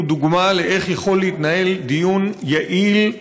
דוגמה לאיך יכול להתנהל דיון יעיל,